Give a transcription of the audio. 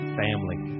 family